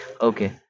okay